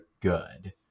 good